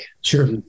sure